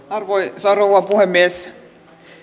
arvoisa rouva puhemies